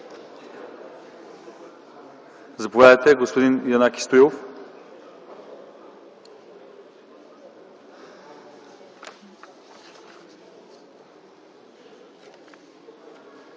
Заповядайте, господин Стоилов.